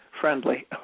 friendly